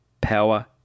Power